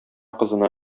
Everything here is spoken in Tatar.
кызына